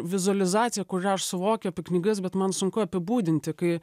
vizualizacija kurią aš suvokiu apie knygas bet man sunku apibūdinti kai